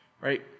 right